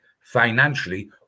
financially